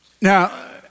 Now